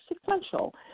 sequential